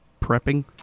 prepping